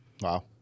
Wow